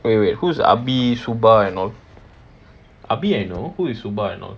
wait wait who is abi suba and all abi I know who is suba and all